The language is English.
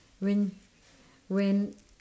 when when